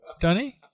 Dunny